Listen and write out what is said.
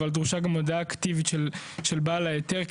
אבל דרושה גם הודעה אקטיבית של בעל ההיתר,